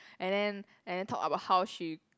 and then and then talk about how she